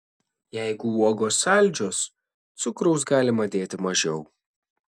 jeigu uogos saldžios cukraus galima dėti mažiau